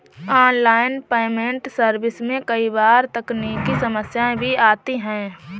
online payment service में कई बार तकनीकी समस्याएं भी आती है